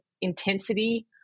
intensity